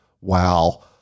wow